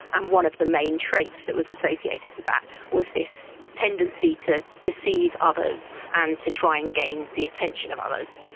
and one of the main traits that was associated with that was this tendency to deceive others and to try and gain the attention of others,